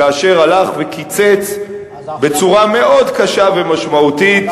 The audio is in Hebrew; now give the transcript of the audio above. כאשר הלך וקיצץ בצורה מאוד קשה ומשמעותית,